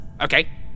Okay